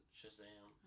shazam